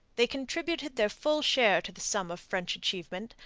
they contributed their full share to the sum of french achievement,